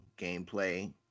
gameplay